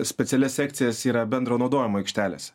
specialias sekcijas yra bendro naudojimo aikštelėse